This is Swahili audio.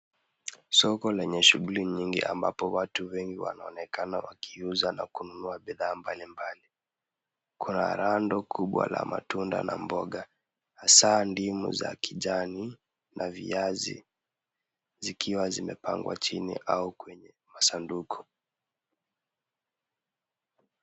Soko lenye shughuli nyingi ambapo watu wengi wanaonekana wakiuza na kununua bidhaa mbali mbali. Kuna rando kubwa la matunda na maboga hasa ndimu za kijani na viazi, zikiwa zimepangwa chini au kwenye masanduku.